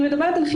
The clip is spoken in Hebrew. אני אוריד את זה.